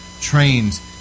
trains